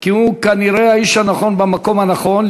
כי הוא כנראה האיש הנכון במקום הנכון,